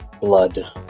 blood